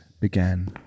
began